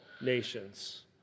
nations